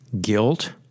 Guilt